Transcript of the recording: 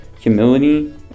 humility